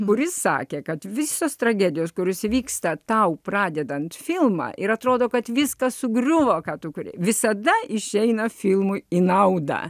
būrys sakė kad visos tragedijos kuris įvyksta tau pradedant filmą ir atrodo kad viskas sugriuvo ką tu kuri visada išeina filmui į naudą